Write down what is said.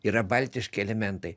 yra baltiški elementai